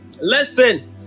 listen